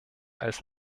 als